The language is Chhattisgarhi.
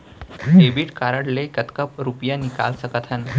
डेबिट कारड ले कतका रुपिया निकाल सकथन?